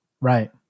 Right